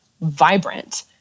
vibrant